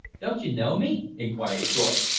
don't you know me? inquired thorpe.